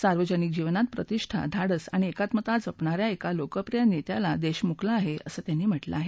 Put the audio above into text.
सार्वजनिक जीवनात प्रतिष्ठा धाडस आणि एकात्मता जपणा या एका लोकप्रिय नेत्याला देश मुकला आहे असं त्यांनी म्हटलं आहे